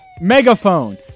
Megaphone